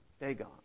Dagon